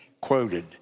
quoted